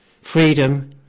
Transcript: Freedom